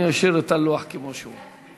אני אשאיר את הלוח כמו שהוא.